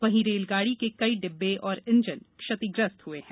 वहीं रेलगाड़ी के कई डिब्बे और इंजन क्षतिग्रस्त हुए हैं